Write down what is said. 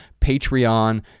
Patreon